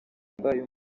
mbaye